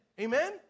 Amen